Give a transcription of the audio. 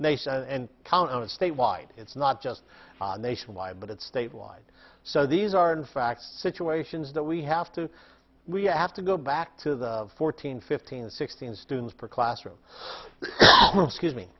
nation and counted statewide it's not just nationwide but it's statewide so these are in fact situations that we have to we have to go back to the fourteen fifteen sixteen students per classroom